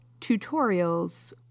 tutorials